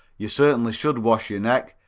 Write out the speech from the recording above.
you certainly should wash your neck.